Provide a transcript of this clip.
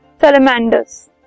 salamanders